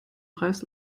preis